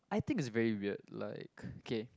I think is very weird like K